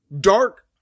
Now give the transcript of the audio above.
dark